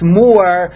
more